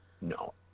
No